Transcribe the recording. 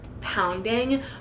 pounding